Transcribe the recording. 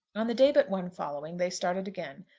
on the day but one following they started again,